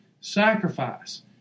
sacrifice